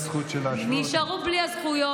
הן נשארו בלי הזכות של, נשארו בלי הזכויות.